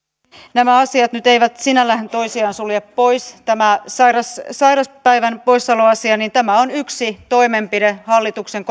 nämä asiat nyt eivät sinällään toisiaan sulje pois tämä sairaspäivän poissaoloasia on yksi toimenpide hallituksen